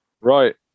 right